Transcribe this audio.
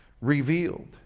revealed